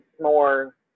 more